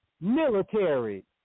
military